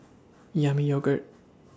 Yami Yogurt